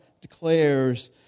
declares